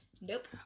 Nope